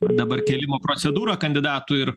dabar kėlimo procedūrą kandidatų ir